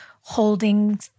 holding